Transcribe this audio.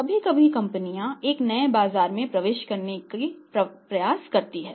कभी कभी कंपनियां एक नए बाजार में प्रवेश करने के लिए प्रयास करती हैं